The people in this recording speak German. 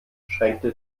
schränkte